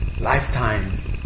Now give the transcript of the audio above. lifetimes